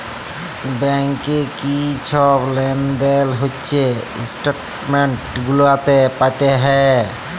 ব্যাংকে কি ছব লেলদেল হছে ইস্ট্যাটমেল্ট গুলাতে পাতে হ্যয়